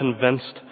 convinced